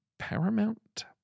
Paramount